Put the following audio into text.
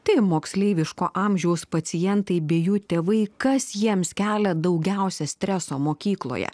tai moksleiviško amžiaus pacientai bei jų tėvai kas jiems kelia daugiausia streso mokykloje